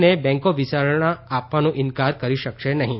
ને બેન્કો વિચારણા આપવાનો ઇન્કાર કરી શકે નહીં